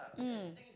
mm